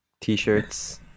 t-shirts